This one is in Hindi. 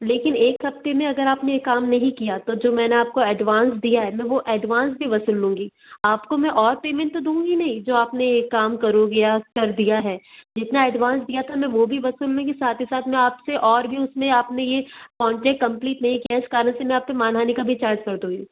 लेकिन एक हफ़्ते में अगर आपने यह काम नहीं किया तो जो मैंने आपको एडवांस दिया है मैं वो एडवांस भी वसूल लूँगी आपको मैं और पेमेंट तो दूँगी नहीं जो आपने ये काम करोगे या कर दिया है जितना एडवांस दिया था मैं वो भी वसूल लूँगी साथ ही साथ मैं आपसे और भी उसमें आपने ये कॉन्ट्रैक्ट कंप्लीट नहीं किया इस कारण से मैं आप पर मान हानि का भी चार्ज कर दूँगी